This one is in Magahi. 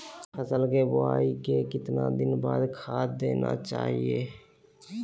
फसल के बोआई के कितना दिन बाद खाद देना चाइए?